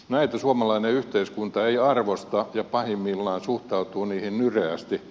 näitä suomalainen yhteiskunta ei arvosta ja pahimmillaan suhtautuu niihin nyreästi